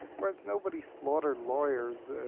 whereas nobody slaughtered lawyers,